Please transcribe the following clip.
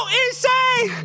insane